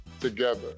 together